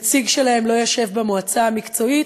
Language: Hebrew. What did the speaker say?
נציג שלהם לא ישב במועצה המקצועית,